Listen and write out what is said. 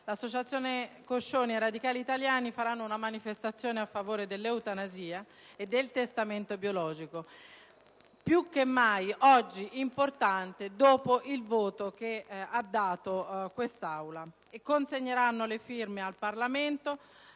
l'Associazione Luca Coscioni e i Radicali italiani faranno una manifestazione a favore dell'eutanasia e del testamento biologico, più che mai oggi importante dopo il voto espresso da questa Aula. Essi consegneranno le firme al Parlamento